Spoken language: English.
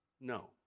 no